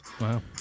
Wow